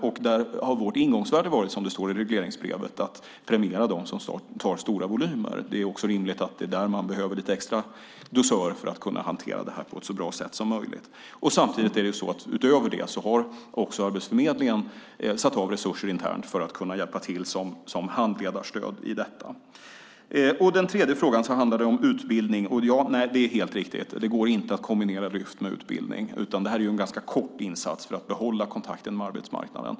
Där har vårt ingångsvärde varit, som det står i regleringsbrevet, att premiera dem som tar stora volymer. Det är också rimligt att det är där man behöver lite extra dusörer för att kunna hantera detta på ett så bra sätt som möjligt. Samtidigt är det så att Arbetsförmedlingen utöver det har satt av resurser internt för att kunna hjälpa till som handledarstöd i detta. Den tredje frågan handlar om utbildning. Det är helt riktigt att det inte går att kombinera Lyftet med utbildning. Det här är en ganska kort insats för att behålla kontakten med arbetsmarknaden.